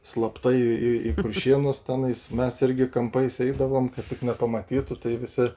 slapta į į kuršėnus tenais mes irgi kampais eidavom kad tik nepamatytų tai visi